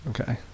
Okay